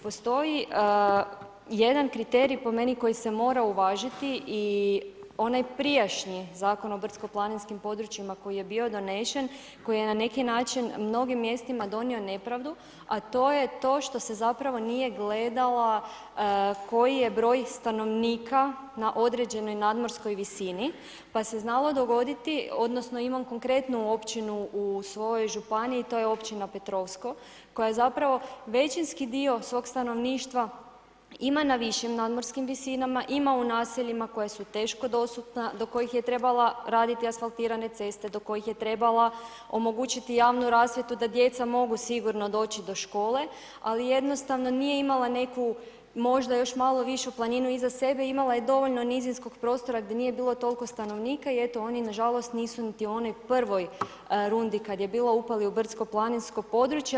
Postoji jedan kriterij po meni koji se mora uvažiti i onaj prijašnji Zakon o brdsko-planinskim područjima koji je bio donesen, koji je na neki način mnogim mjestima donio nepravdu a to je to što se zapravo nije gledala koji je broj stanovnika na određenoj nadmorskoj visini pa se znalo dogoditi, odnosno imam konkretnu općinu u svojoj županiji, to je općina Petrovsko koja je zapravo većinski dio svog stanovništva ima na višim nadmorskim visinama, ima u naseljima koja su teško dostupna, do kojih je trebala raditi asfaltirane ceste, do kojih je trebala omogućiti javnu rasvjetu da djeca mogu sigurno doći do škole ali jednostavno nije imala neku možda još malo višu planinu iznad sebe, imala je dovoljno nizinskog prostora gdje nije bilo toliko stanovnika i eto oni na žalost nisu niti u onoj prvoj rundi kada je bilo upali u brdsko-planinsko područje.